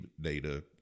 data